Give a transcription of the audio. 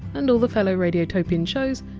and all the fellow radiotopian shows,